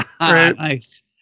Nice